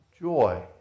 joy